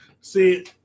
See